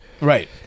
Right